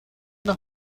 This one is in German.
nach